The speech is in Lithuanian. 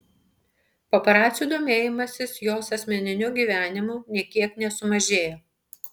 paparacių domėjimasis jos asmeniniu gyvenimu nė kiek nesumažėjo